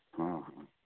ᱦᱚᱸ ᱦᱚᱸ